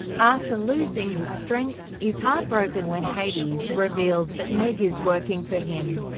after losing his strength, is heartbroken when hades reveals that meg is working for him.